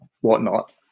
whatnot